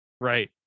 right